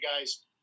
guys